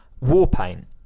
Warpaint